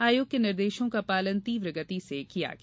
आयोग के निर्देशों का पालन तीव्र गति से किया गया